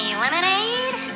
lemonade